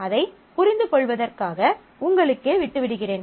அதை புரிந்து கொள்வதற்காக உங்களுக்கே விட்டுவிடுகிறேன்